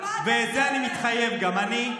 ולזה אני גם מתחייב: אני,